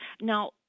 now